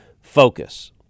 focus